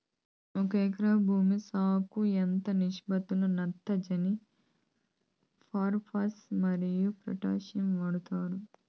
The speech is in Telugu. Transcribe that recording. ఒక ఎకరా భూమి సాగుకు ఎంత నిష్పత్తి లో నత్రజని ఫాస్పరస్ మరియు పొటాషియం వాడుతారు